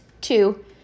two